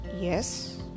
Yes